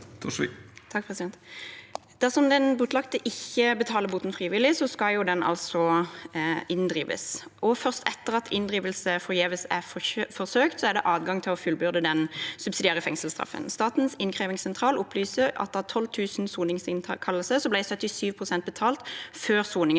Dersom den bøtelagte ikke betaler boten frivillig, skal den altså inndrives. Først etter at inndrivelse forgjeves er forsøkt, er det adgang til å fullbyrde den subsidiære fengselsstraffen. Statens innkrevingssentral opplyser at av 12 000 soningsinnkallelser ble 77 pst. betalt før soningen